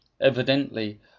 evidently